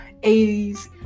80s